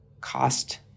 cost